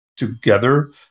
Together